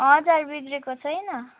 हजुर बिग्रेको छैन